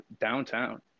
downtown